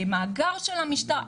במאגר של המשטרה.